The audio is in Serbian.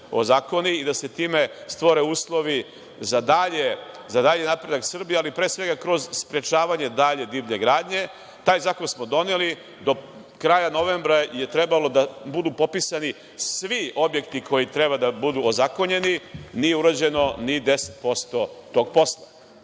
i da se time stvore uslovi za dalji napredak Srbije, ali pre svega kroz sprečavanje dalje divlje gradnje. Taj zakon smo doneli, do kraja novembra su trebali da budu popisani svi objekti koji treba da ozakonjeni, nije urađeno ni 10% tog posla.